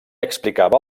explicava